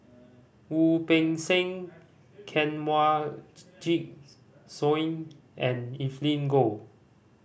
Wu Peng Seng Kanwaljit Soin and Evelyn Goh